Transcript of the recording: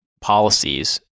policies